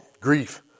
grief